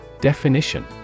Definition